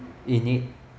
in it